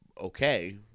okay